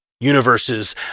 universes